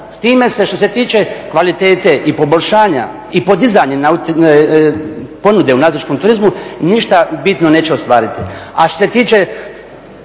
S time se što se tiče kvalitete i poboljšanja i podizanja ponude u nautičkom turizmu ništa bitno neće ostvariti. A što se tiče